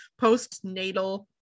postnatal